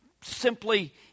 simply